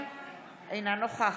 לאכיפה?